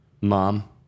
Mom